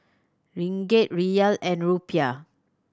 Ringgit Riyal and Rupiah